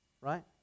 Right